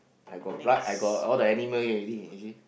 I got blood I got all the animal already actually